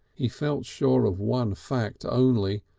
he felt sure of one fact only,